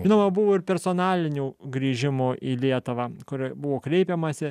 žinoma buvo ir personalinių grįžimų į lietuvą kur buvo kreipiamasi